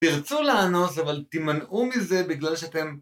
תרצו לענות אבל תימנעו מזה בגלל שאתם